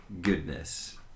goodness